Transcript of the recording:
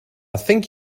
think